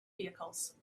vehicles